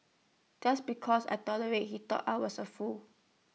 just because I tolerated he thought I was A fool